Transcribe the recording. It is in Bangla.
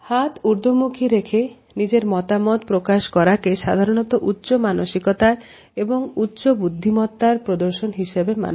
হাত ঊর্ধ্বমুখী রেখে নিজের মতামত প্রকাশ করাকে সাধারণত উচ্চ মানসিকতার এবং উচ্চ বুদ্ধিমত্তার প্রদর্শন হিসেবে মানা হয়